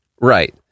right